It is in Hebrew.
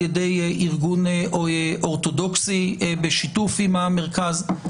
ידי ארגון אורתודוכסי בשיתוף עם המרכז.